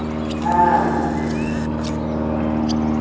हँ ह्म्म